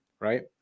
right